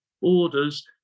orders